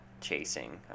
chasing